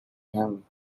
him